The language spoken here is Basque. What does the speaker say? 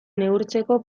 neurtzeko